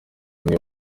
niyo